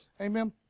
Amen